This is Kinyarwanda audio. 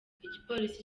igipolisi